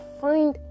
find